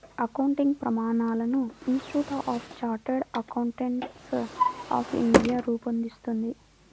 accounting ప్రమాణాలను institute of chartered accountants of India రూపొందిస్తుంది